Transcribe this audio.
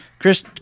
Chris